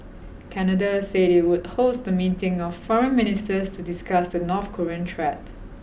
Canada said it would host a meeting of foreign ministers to discuss the North Korean threat